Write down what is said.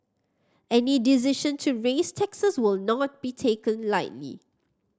any decision to raise taxes will not be taken lightly